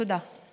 תודה.